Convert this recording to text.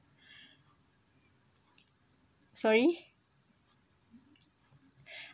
sorry